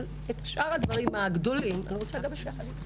אבל את שאר הדברים הגדולים אני רוצה לגבש יחד איתכם.